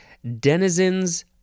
Denizens